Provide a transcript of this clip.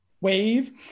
wave